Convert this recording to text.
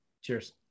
cheers